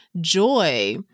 joy